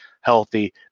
healthy